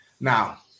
Now